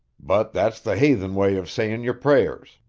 but that's the haythen way of sayin' your prayers.